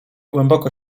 głęboko